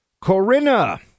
Corinna